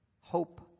hope